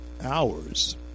hours